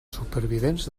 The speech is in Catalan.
supervivents